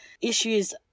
issues